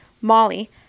Molly